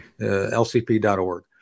lcp.org